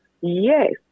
yes